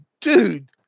dude